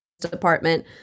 department